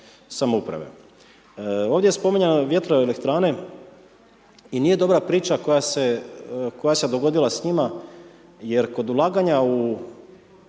samouprave. Ovdje je spominjano vjetroelektrane i nije dobra priča koja se, koja se dogodila s njima jer kod ulaganja u